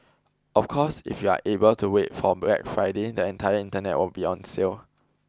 of course if you are able to wait for Black Friday the entire internet will be on sale